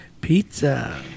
Pizza